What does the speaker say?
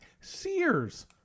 Sears